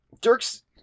Dirk's